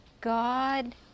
God